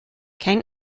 kein